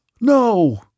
No